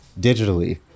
digitally